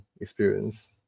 experience